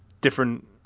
different